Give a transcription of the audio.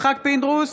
יצחק פינדרוס,